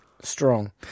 Strong